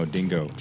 Dingo